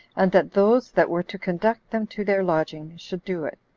and that those that were to conduct them to their lodging should do it.